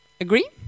Agree